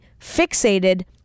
fixated